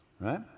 right